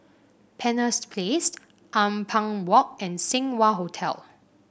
Penshurst Place Ampang Walk and Seng Wah Hotel